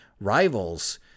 rivals